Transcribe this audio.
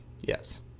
Yes